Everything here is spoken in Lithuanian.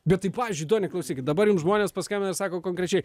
bet tai pavyzdžiui duoni klausykit dabar jums žmonės paskambina ir sako konkrečiai